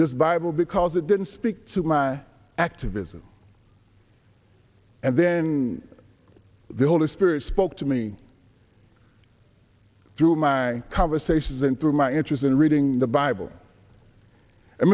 this bible because it didn't speak to my activism and then the holy spirit spoke to me through my conversations and through my interest in reading the bible